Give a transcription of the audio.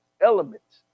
elements